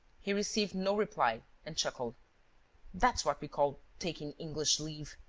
he received no reply and chuckled that's what we call taking english leave.